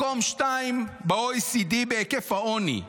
מקום שני ב-OECD בהיקף העוני.